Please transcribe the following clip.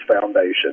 Foundation